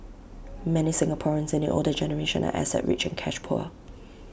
many Singaporeans in the older generation are asset rich and cash poor